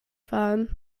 fahren